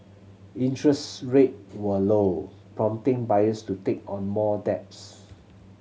interest rate were low prompting buyers to take on more debts